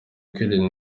kwirinda